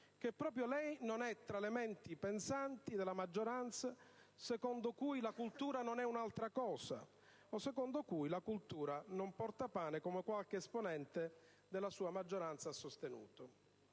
che proprio lei non è tra le menti pensanti della maggioranza secondo cui la cultura è altra cosa o secondo cui la cultura non porta pane, come qualche esponente della sua maggioranza ha sostenuto!